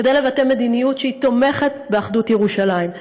כדי לבטא מדיניות שתומכת באחדות ירושלים.